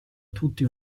tutti